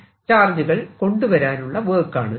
QN ചാർജുകൾ കൊണ്ടുവരാനുള്ള work ആണ്